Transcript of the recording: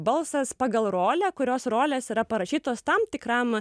balsas pagal rolę kurios rolės yra parašytos tam tikram